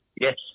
Yes